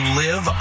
live